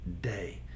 day